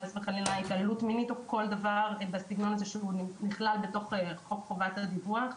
התעללות מינית או כל דבר בסגנון הזה שנכלל בתוך חוק חובת הדיווח,